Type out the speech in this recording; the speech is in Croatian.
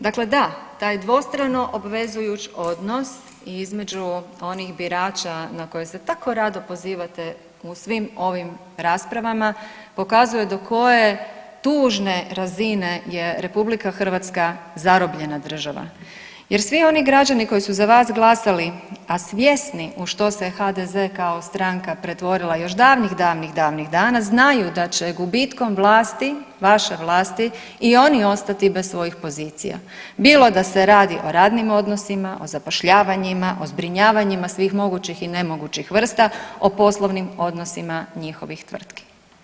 Dakle, da taj dvostrano obvezujuć odnos između onih birača na koje se tako rado pozivate u svim ovim raspravama pokazuje do koje tužne razine je RH zarobljena država jer svi oni građani koji su za vas glasali, a svjesni u što se HDZ kao stranka pretvorila još davnih, davnih, davnih dana znaju da će gubitkom vlasti, vaše vlasti i oni ostati bez svojih pozicija, bilo da se radi o radnim odnosima, o zapošljavanjima, o zbrinjavanjima svih mogućih i nemogućih vrsta, o poslovnim odnosima njihovih tvrtki.